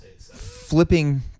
Flipping